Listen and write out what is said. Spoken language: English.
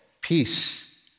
peace